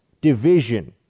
division